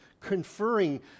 conferring